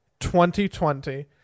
2020